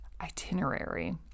itinerary